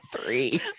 three